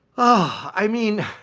i mean,